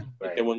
right